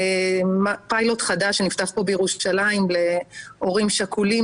פיילוט חדש שנפתח פה בירושלים להורים שכולים